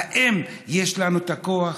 האם יש לנו את הכוח,